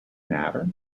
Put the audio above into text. matter